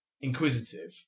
inquisitive